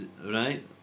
Right